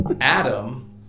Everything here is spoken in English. Adam